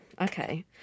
okay